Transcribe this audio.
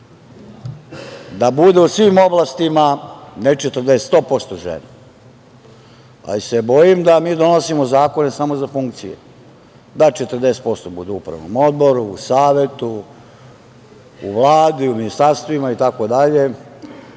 da bude u svim oblastima ne 40, 100% žena, ali se bojim da mi donosimo zakone samo za funkcije, da 40% bude u upravnom odboru, u savetu, u Vladi, u ministarstvima itd.